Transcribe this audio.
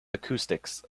acoustics